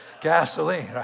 Gasoline